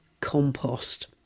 compost